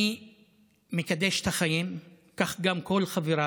אני מקדש את החיים, כך גם כל חבריי.